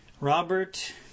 Robert